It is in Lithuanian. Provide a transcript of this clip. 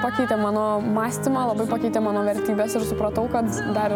pakeitė mano mąstymą labai pakeitė mano vertybes ir supratau kad dar